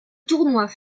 tournoi